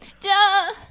Duh